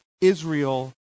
Israel